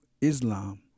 Islam